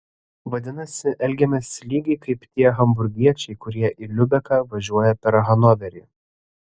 vadinasi elgiamės lygiai kaip tie hamburgiečiai kurie į liubeką važiuoja per hanoverį